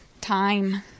time